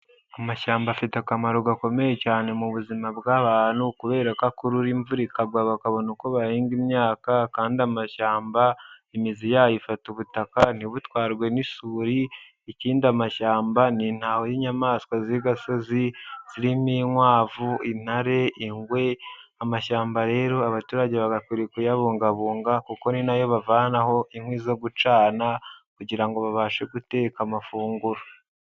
Amashyamba afite akamaro gakomeye cyane mu buzima bw'abantu kubereka kora imvura ikagwa bakabona uko bahinga imyakaka kandi amashyamba imizi yayo ifata ubutaka ntibutwarwe n'isuri ikindi amashyamba n'intaho y'inyamaswa z'i gasozi zirimo inkwavu, intare, ingwe,... amashyamba rero abaturage bagakwiye kuyabungabunga kuko ninayo bavanaho inkwi zo gucana kugirango ngo babashe guteka amafunguro.